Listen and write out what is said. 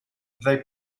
they